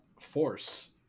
force